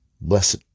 Blessed